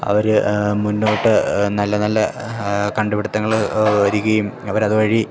അവർ മുന്നോട്ട് നല്ല നല്ല കണ്ട് പിടുത്തങ്ങൾ വരികയും അവർ അത് വഴി